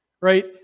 Right